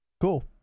Cool